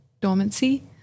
dormancy